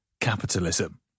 capitalism